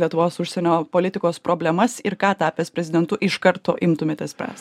lietuvos užsienio politikos problemas ir ką tapęs prezidentu iš karto imtumėtės spręsti